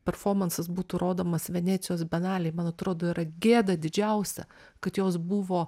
performansas būtų rodomas venecijos bienalėj man atrodo yra gėda didžiausia kad jos buvo